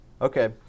Okay